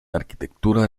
arquitectura